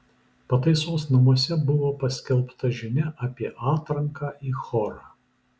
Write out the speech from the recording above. pataisos namuose buvo paskelbta žinia apie atranką į chorą